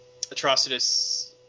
Atrocitus